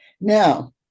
Now